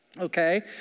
okay